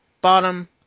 bottom